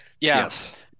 yes